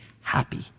happy